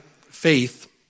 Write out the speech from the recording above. faith